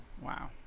Wow